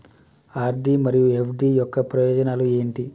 RD మరియు FD యొక్క ప్రయోజనాలు ఏంటి?